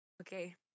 Okay